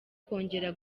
kongera